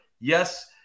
Yes